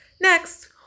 Next